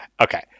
Okay